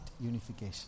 unification